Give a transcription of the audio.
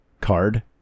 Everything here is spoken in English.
card